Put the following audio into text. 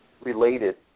related